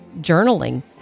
journaling